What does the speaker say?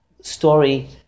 Story